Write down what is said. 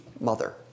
mother